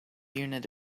unit